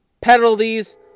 penalties